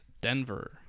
Denver